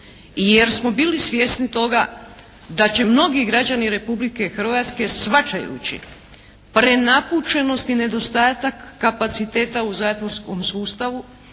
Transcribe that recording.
jer smo bili svjesni toga da će mnogi građani Republike Hrvatske shvaćajući prenapučenost i nedostatak kapaciteta u zatvorskom sustavu,